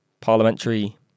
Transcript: parliamentary